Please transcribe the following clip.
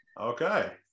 Okay